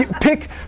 Pick